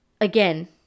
Again